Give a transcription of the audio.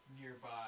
nearby